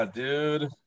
dude